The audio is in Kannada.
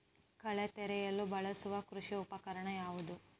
ಕಳೆ ತೆಗೆಯಲು ಬಳಸುವ ಕೃಷಿ ಉಪಕರಣ ಯಾವುದು?